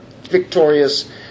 victorious